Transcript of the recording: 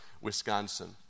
Wisconsin